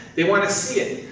they want to see it.